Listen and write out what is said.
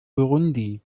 burundi